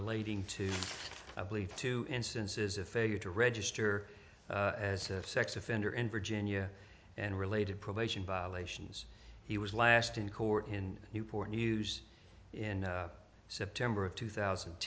relating to i believe two instances of failure to register as a sex offender in virginia and related probation violations he was last in court in newport news in september of two thousand